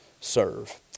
serve